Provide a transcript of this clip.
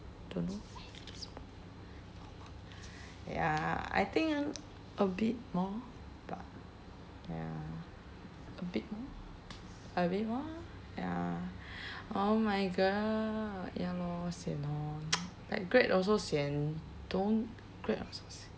don't know ya I think ah a bit more but ya a bit more a bit more ya oh my god ya lor sian hor like grad also sian don't grad also